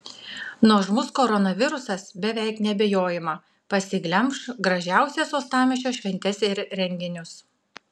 nuožmus koronavirusas beveik neabejojama pasiglemš gražiausias uostamiesčio šventes ir renginius